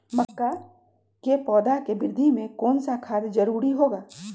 मक्का के पौधा के वृद्धि में कौन सा खाद जरूरी होगा?